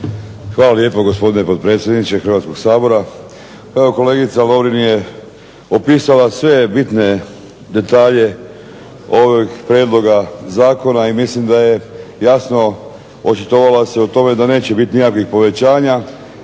Hvala lijepo gospodine potpredsjedniče Hrvatskog sabora. Pa evo kolegica Lovrin je opisala sve bitne detalje ovog prijedloga zakona i mislim da je jasno očitovala se o tome da neće biti nikakvih povećanja.